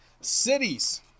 cities